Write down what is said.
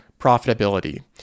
profitability